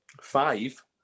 five